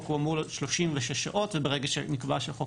בחוק הוא אמור להיות 36 שעות וברגע שנקבע שהחוק